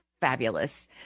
fabulous